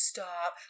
Stop